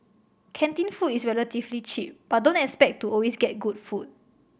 canteen food is relatively cheap but don't expect to always get good food